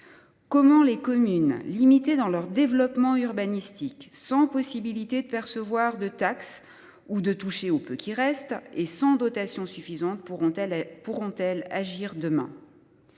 Comment des communes limitées dans leur développement urbanistique, sans possibilité de percevoir de taxes ou de toucher au peu qui reste, et sans dotations suffisantes, pourront-elles agir demain ?